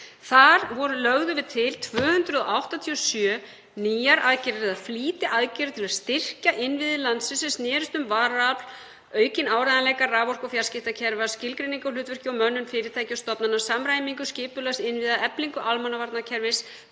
Þar lögðum við til 287 nýjar aðgerðir eða flýtiaðgerðir til að styrkja innviði landsins sem snerust um varaafl, aukinn áreiðanleika raforku- og fjarskiptakerfa, skilgreiningu á hlutverki og mönnun fyrirtækja og stofnana, samræmingu skipulags innviða, eflingu almannavarnakerfis,